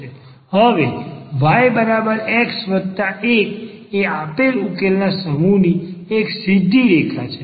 હવે y x 1 એ આપેલ ઉકેલના સમૂહની એક સીધી રેખા છે